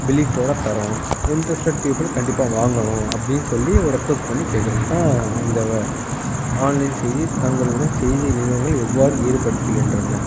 பிலீஃவோடு தர்றோம் interested people கண்டிப்பாக வாங்கணும் அப்படின்னு சொல்லி ஒரு ரெக்குவஸ்ட் பண்ணி கேக்கிறது தான் இந்த ஆன்லைன் செய்தி தங்களுடன் செய்தி நிறுவனங்கள் எவ்வாறு ஈடுபடுத்துகின்றன